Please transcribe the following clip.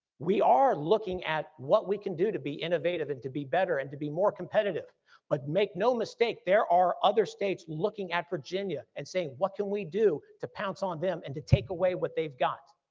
we are looking at what we can do to be innovative and to be better and to be more competitive but make no mistake there are other states looking at virginia and saying what can we do to pounce on them and to take away what they've got.